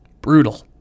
brutal